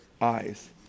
eyes